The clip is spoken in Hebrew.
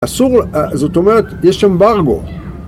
אסור, זאת אומרת, יש אמברגו